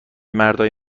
مردای